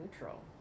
neutral